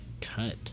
cut